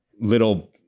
little